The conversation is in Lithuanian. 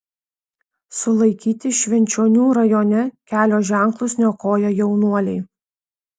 sulaikyti švenčionių rajone kelio ženklus niokoję jaunuoliai